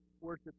worship